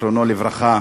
זיכרונו לברכה,